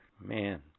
Man